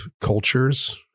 cultures